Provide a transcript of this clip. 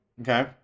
Okay